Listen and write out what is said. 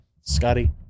Scotty